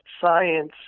science